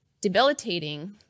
debilitating